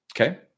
Okay